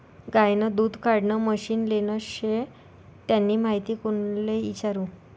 गायनं दूध काढानं मशीन लेनं शे त्यानी माहिती कोणले इचारु?